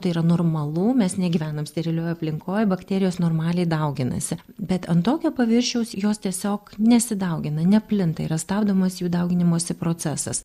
tai yra normalu mes negyvenam sterilioj aplinkoj bakterijos normaliai dauginasi bet ant tokio paviršiaus jos tiesiog nesidaugina neplinta yra stabdomas jų dauginimosi procesas